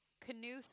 canoe